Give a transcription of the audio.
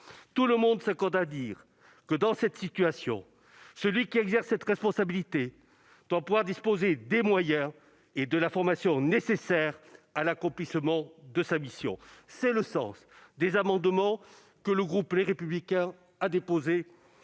Tout le monde s'accorde à le dire, dans cette situation, celui qui exerce cette responsabilité doit pouvoir disposer des moyens et de la formation nécessaires à l'accomplissement de sa mission. Tel est le sens des amendements que le groupe Les Républicains a déposés.